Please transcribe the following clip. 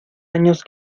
años